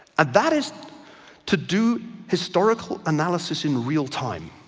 and that is to do historical analysis in real time.